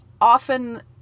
often